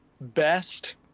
best